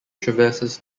traverses